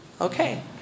Okay